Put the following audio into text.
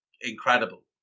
incredible